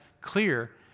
clear